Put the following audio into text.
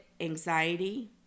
anxiety